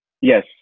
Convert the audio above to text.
Yes